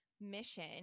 mission